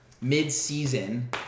mid-season